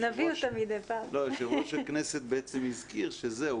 יו"ר הכנסת הזכיר שזהו,